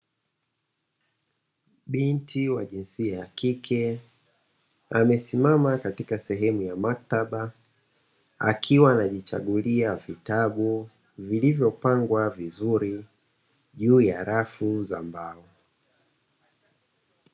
Binti wa jinsia ya kike, amesimama katika sehemu ya maktaba, akiwa anajichagulia vitabu, vilivyopangwa vizuri, juu ya rafu za mbao.